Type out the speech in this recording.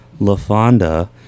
LaFonda